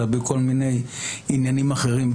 אלא גם בכל מיני עניינים אחרים,